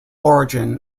origin